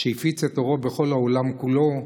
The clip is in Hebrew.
שהפיץ את אורו בכל העולם כולו.